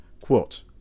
Quote